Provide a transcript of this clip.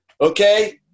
Okay